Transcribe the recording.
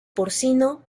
porcino